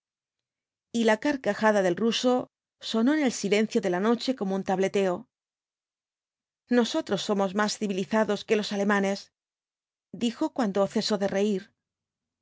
y la carcajada del ruso sonó en el silencio de la noche como un tableteo nosotros somos más civilizados que iob alemanes dijo cuando cesó de reír